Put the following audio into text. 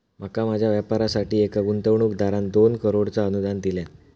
माका माझ्या व्यापारासाठी एका गुंतवणूकदारान दोन करोडचा अनुदान दिल्यान